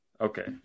Okay